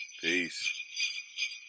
Peace